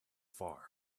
far